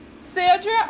Sandra